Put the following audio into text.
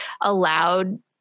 allowed